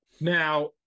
Now